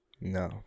No